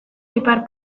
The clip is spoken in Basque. ipar